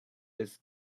this